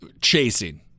chasing